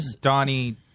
Donnie